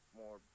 more